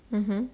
mmhmm